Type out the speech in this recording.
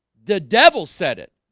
the devil said it